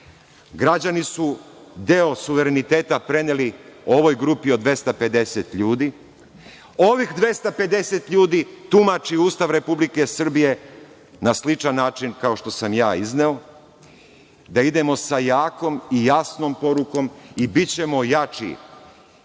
Građani su deo suvereniteta preneli ovoj grupi od 250 ljudi, ovih 250 ljudi tumači Ustav Republike Srbije na sličan način kao što sam ja izneo, da idemo sa jakom i jasnom porukom i bićemo jači,